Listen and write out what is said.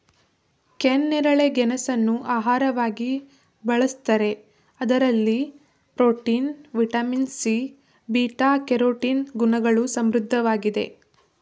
ಕೆನ್ನೇರಳೆ ಗೆಣಸನ್ನು ಆಹಾರವಾಗಿ ಬಳ್ಸತ್ತರೆ ಇದರಲ್ಲಿ protein, vitamin C, beta carotene ಗುಣಗಳು ಸಮೃದ್ಧವಾಗಿದೆ